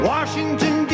Washington